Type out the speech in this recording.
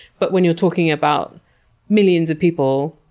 but when you're talking about millions of people,